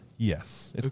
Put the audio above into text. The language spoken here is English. Yes